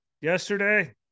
yesterday